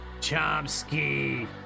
Chomsky